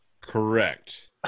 Correct